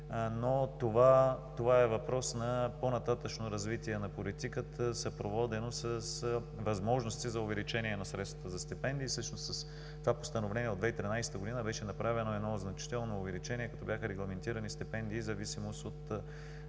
Но това е въпрос на по-нататъшно развитие на политиката, съпроводено с възможности за увеличение на средствата за стипендии. Всъщност с това Постановление от 2013 г. беше направено едно значително увеличение, като бяха регламентирани стипендии в зависимост от